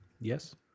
yes